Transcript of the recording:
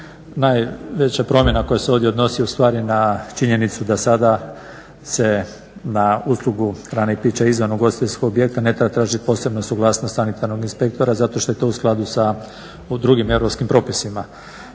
Najveća promjena koja se ovdje odnosi ovdje ustvari na činjenicu da sada se na uslugu hrane i pića izvan ugostiteljskog objekata ne treba tražiti posebna suglasnost sanitarnog inspektora zato što je to u skladu sa drugim europskim propisima.